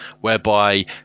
whereby